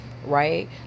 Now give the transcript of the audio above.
right